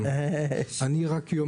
ואני מקבל